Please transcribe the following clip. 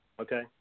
Okay